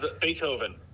Beethoven